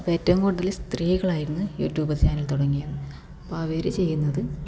അപ്പോൾ ഏറ്റവും കൂടുതൽ സ്ത്രീകളായിരുന്നു യൂട്യൂബ് ചാനൽ തുടങ്ങിയത് അപ്പം അവർ ചെയ്യുന്നത്